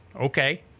Okay